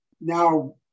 now